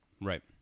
Right